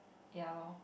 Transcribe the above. ya lor